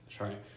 right